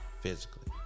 Physically